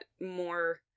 more